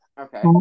Okay